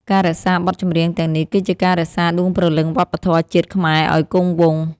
ការរក្សាបទចម្រៀងទាំងនេះ គឺជាការរក្សាដួងព្រលឹងវប្បធម៌ជាតិខ្មែរឱ្យគង់វង្ស។